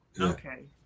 Okay